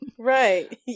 Right